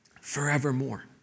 Forevermore